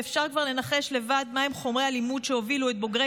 ואפשר כבר לנחש לבד מהם חומרי הלימוד שהובילו את בוגרי